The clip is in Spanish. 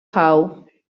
howe